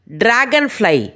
dragonfly